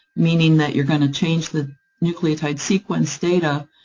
meaning that you're going to change the nucleotide sequence data,